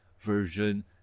version